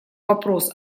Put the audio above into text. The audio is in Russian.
вопрос